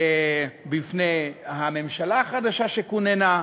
בפני הממשלה החדשה שכוננה.